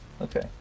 Okay